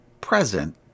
present